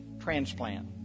transplant